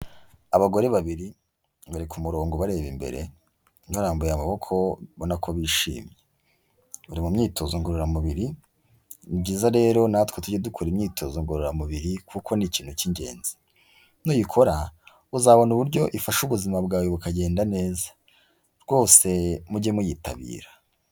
Abagore babiri, bari ku murongo bareba imbere, barambuye amaboko ubona ko bishimye. Bari mu myitozo ngororamubiri, ni byiza rero natwe tujye dukora imyitozo ngororamubiri, kuko ni ikintu cy'ingenzi. Nuyikora, uzabona uburyo ifasha ubuzima bwawe bukagenda neza. Rwose mujye muyitabira.